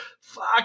fuck